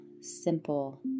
simple